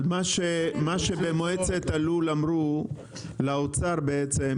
אבל מה שבמועצת הלול אמרו לאוצר בעצם,